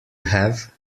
have